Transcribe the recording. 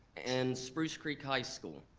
and spruce creek high school.